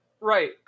right